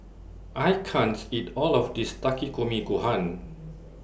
I can't eat All of This Takikomi Gohan